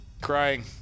Crying